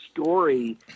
story